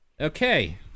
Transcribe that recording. Okay